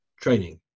Training